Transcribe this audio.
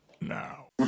now